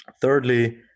Thirdly